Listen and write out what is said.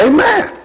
Amen